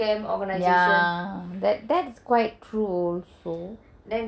ya that is quite true also